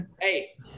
Hey